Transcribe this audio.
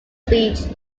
beach